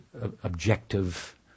objective